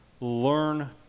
learn